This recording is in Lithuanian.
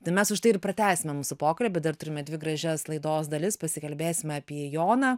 tai mes už tai ir pratęsime mūsų pokalbį dar turime dvi gražias laidos dalis pasikalbėsime apie joną